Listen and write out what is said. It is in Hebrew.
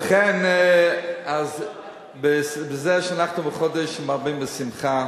ולכן, בזה שאנחנו בחודש שמרבים בשמחה,